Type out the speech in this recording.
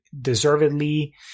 deservedly